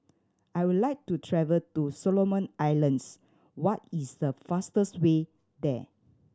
I would like to travel to Solomon Islands what is the fastest way there